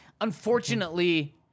Unfortunately